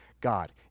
God